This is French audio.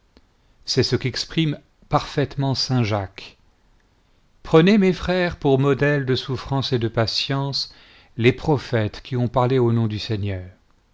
c'est ce qu'exprime parfaitement saint jacques prenez mes frères pour modèles de souffrance et de patience les prophètes qui ont parlé au nom du seigneur